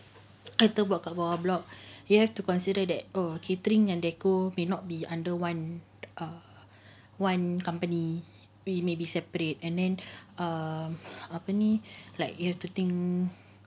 I kita buat kat bawah block you have to consider that oh catering and decoration may not be under one err one company we may be separate and then err apa ni like you have to think